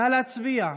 נא להצביע.